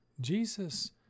Jesus